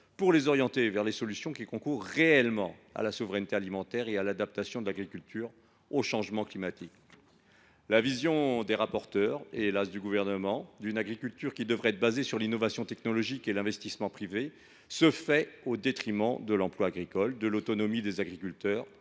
pour les orienter vers les solutions qui concourent réellement à la souveraineté alimentaire et à l’adaptation de l’agriculture au changement climatique. La vision des rapporteurs et, hélas ! du Gouvernement d’une agriculture fondée sur l’innovation technologique et l’investissement privé, au détriment de l’emploi agricole, de l’autonomie des agriculteurs